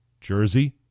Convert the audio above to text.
jersey